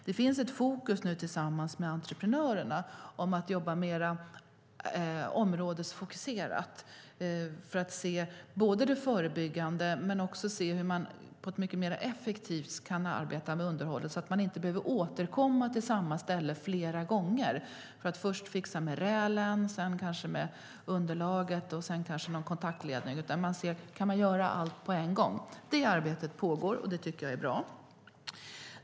Det finns nu ett fokus på att tillsammans med entreprenörerna jobba mer områdesfokuserat för att se förebyggande men också se hur man mycket mer effektivt kan arbeta med underhållet så att man inte behöver återkomma till samma ställe flera gånger för att först fixa med rälen, sedan kanske med underlaget och efter det med någon kontaktledning. I stället ser man om man kan göra allt på en gång. Det arbetet pågår, och det tycker jag är bra.